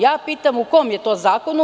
Ja pitam – u kom je to zakonu?